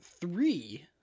three